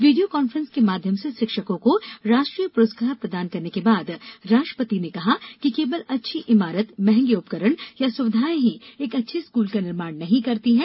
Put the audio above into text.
video conference के माध्यम से शिक्षको को राष्ट्रीय पुरस्कार प्रदान करने के बाद राष्ट्रपति ने कहा कि केवल अच्छी इमारत महंगे उपकरण या सुविधाएं ही एक अच्छे स्कूल का निर्माण नहीं करते हैं